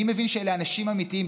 אני מבין שאלה אנשים אמיתיים.